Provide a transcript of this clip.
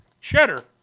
CHEDDAR